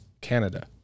Canada